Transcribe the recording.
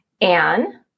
Anne